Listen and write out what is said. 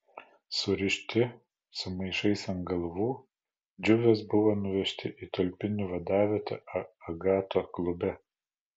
surišti su maišais ant galvų džiuvės buvo nuvežti į tulpinių vadavietę agato klube